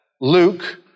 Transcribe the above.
Luke